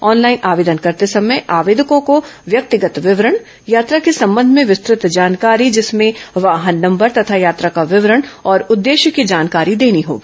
online आवेदन करते समय आवेदकों को व्यक्तिगत विवरण यात्रा को संबंध में विस्तृत जानकारी जिसमें वाहन नंबर तथा यात्रा का विवरण और उद्देश्य की जानकारी देनी होगी